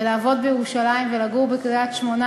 ולעבוד בירושלים ולגור בקריית-שמונה,